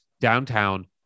downtown